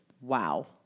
Wow